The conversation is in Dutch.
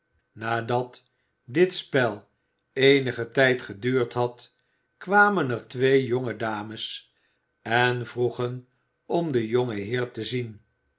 nadat dit spel eenigen tijd geduurd had kwamen er twee jonge dames en vroegen om den jongen heer te zien